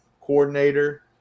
coordinator